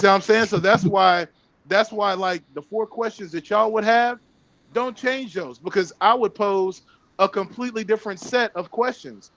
saying so that's why that's why i like the four questions that y'all would have don't change those because i would pose a completely different set of questions,